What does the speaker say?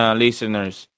listeners